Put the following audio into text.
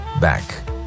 Back